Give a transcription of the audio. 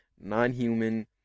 non-human